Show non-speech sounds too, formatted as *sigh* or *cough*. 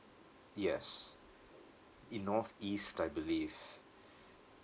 yes in north east I believe *breath*